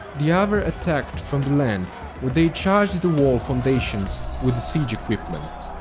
the avars attacked from the land where they charged the wall foundations with siege equipment.